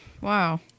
wow